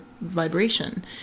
vibration